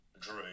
Drew